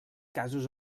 casos